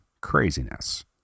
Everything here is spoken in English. Craziness